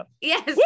Yes